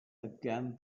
again